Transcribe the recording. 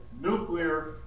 nuclear